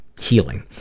healing